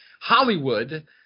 Hollywood